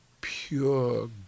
pure